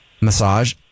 massage